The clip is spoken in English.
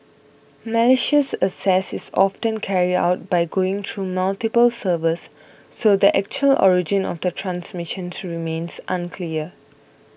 malicious access is often carried out by going through multiple servers so the actual origin of the transmission remains unclear